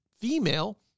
female